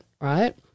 right